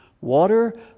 water